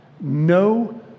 no